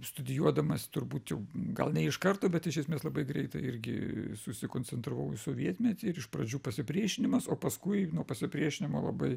studijuodamas turbūt jau gal ne iš karto bet iš esmės labai greitai irgi susikoncentravau į sovietmetį ir iš pradžių pasipriešinimas o paskui nuo pasipriešinimo labai